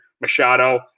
Machado